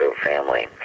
family